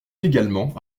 également